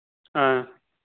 ꯑ